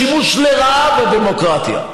זה שימוש לרעה בדמוקרטיה.